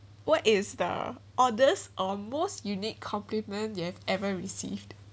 what is the honest or most unique compliment that you have ever received